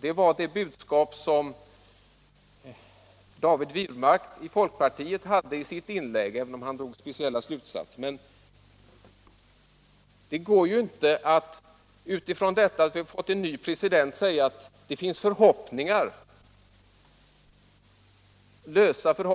Det var det budskap som David Wirmark i folkpartiet hade i sitt inlägg — även om han drog speciella slutsatser. Herr Granstedt hänger sig bara åt lösa förhoppningar när han åberopar presidentskiftet i USA. Med